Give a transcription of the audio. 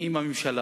שאם הממשלה